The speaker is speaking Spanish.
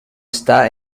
esta